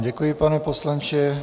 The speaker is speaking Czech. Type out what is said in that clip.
Děkuji vám, pane poslanče.